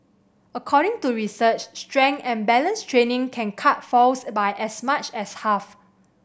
according to research strength and balance training can cut falls by as much as half